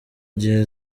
gihe